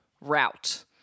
route